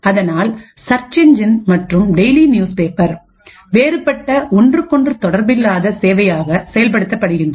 அதனால் search engine மற்றும் daily news paper வேறுபட்ட ஒன்றுக்கொன்று தொடர்பில்லாத சேவையாக செயல்படுத்தப்படுகின்றது